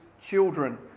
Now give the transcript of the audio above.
children